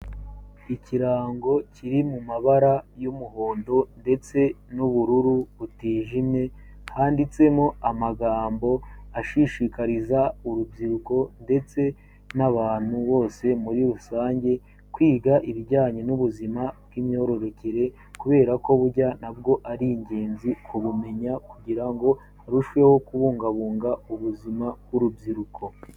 Ikirango kiri mu mabara y'umuhondo ndetse n'ubururu butijimye, handitsemo amagambo ashishikariza urubyiruko ndetse n'abantu bose muri rusange kwiga ibijyanye n'ubuzima bw'imyororokere kubera ko burya na bwo ari ingenzi kubumenya kugira ngo harushweho kubungabunga ubuzima bw'urubyiruko.